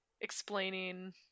explaining